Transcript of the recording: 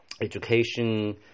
education